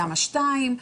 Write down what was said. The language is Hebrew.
למה 2?